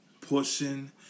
pushing